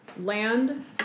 land